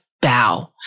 bow